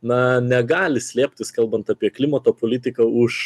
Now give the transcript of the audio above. na negali slėptis kalbant apie klimato politiką už